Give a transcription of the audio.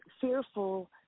fearful